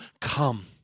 come